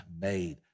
made